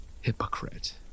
Hypocrite